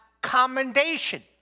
commendation